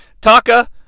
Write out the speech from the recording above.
Taka